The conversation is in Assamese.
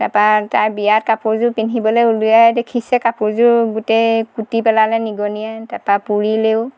তাপা তাই বিয়াত কাপোৰযোৰ পিন্ধিবলৈ উলিয়াই দেখিছে কাপোৰযোৰ গোটেই কুটি পেলালে নিগনিয়ে তাপা পুৰিলেও